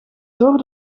door